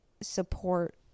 support